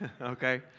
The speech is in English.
Okay